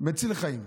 מציל חיים.